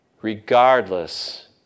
regardless